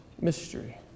mystery